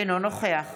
אינו נוכח